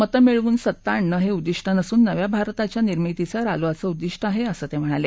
मतं मिळवून सत्ता आणणं हउद्दिष्ट नसून नव्या भारताच्या निर्मितीचं रालोआचं उद्दिष्ट आहा असं ते म्हणाले